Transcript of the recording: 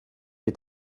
est